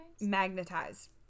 Magnetized